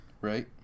right